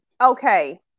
okay